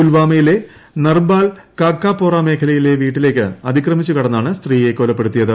പുൽവാമയിലെ നർബാൽ കാക്കാപോറാ മേഖലയിലെ വീട്ടിലേക്ക് അതിക്രമിച്ച് കടന്നാണ് സ്ത്രീയെ കൊലപ്പെടുത്തിയത്